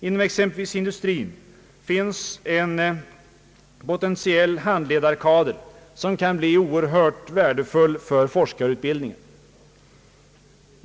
Inom exempelvis industrin finns en potentiell handledarkader som kan bli oerhört värdefull för forskarutbildningen.